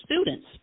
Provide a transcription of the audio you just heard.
students